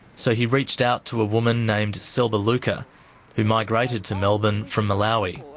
so he reached out to a woman named selba luka who migrated to melbourne from malawi.